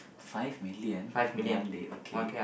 five million in one day okay